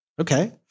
okay